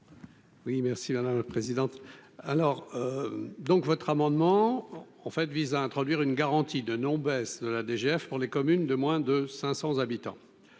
Oui merci madame la présidente, alors donc votre amendement en fait vise à introduire une garantie de non-baisse de la DGF pour les communes de moins de 500 habitants